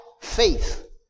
faith